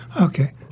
Okay